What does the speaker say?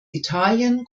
italien